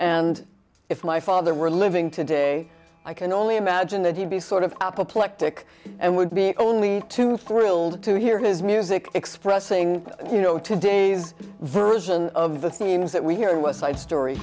and if my father were living today i can only imagine that he'd be sort of apoplectic and would be only too thrilled to hear his music expressing you know today's version of the themes that we hear in west side story